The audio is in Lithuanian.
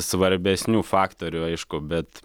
svarbesnių faktorių aišku bet